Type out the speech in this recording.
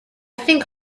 think